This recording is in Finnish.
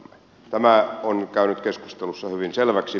tämä on käynyt keskustelussa hyvin selväksi